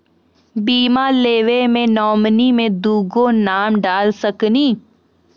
बीमा लेवे मे नॉमिनी मे दुगो नाम डाल सकनी?